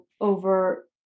over